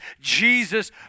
Jesus